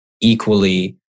equally